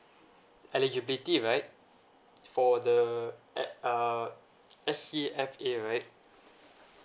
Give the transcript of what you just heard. eligibility right for the A uh S_C_F_A right